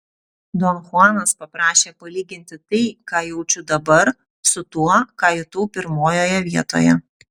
don chuanas paprašė palyginti tai ką jaučiu dabar su tuo ką jutau pirmojoje vietoje